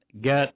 get